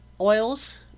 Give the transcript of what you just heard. oils